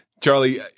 Charlie